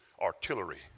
artillery